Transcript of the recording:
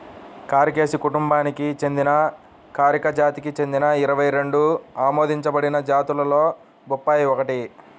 కారికేసి కుటుంబానికి చెందిన కారికా జాతికి చెందిన ఇరవై రెండు ఆమోదించబడిన జాతులలో బొప్పాయి ఒకటి